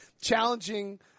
challenging